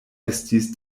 estis